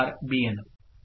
Bn'